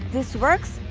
this works?